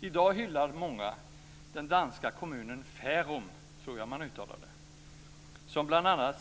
I dag hyllar många den danska kommunen Farum, som bl.a.